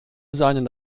seinen